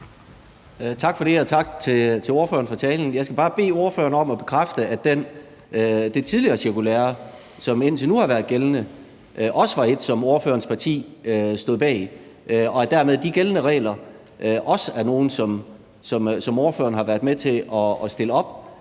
Tak for det, og tak til ordføreren for talen. Jeg skal bare bede ordføreren om at bekræfte, at det cirkulære, som indtil nu har været gældende, også var et, som ordførerens parti stod bag, og at de gældende regler dermed også er nogle, ordføreren har været med til at stille op.